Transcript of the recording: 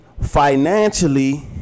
financially